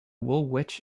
woolwich